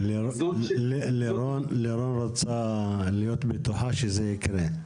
לירון רוצה להיות בטוחה שזה יקרה.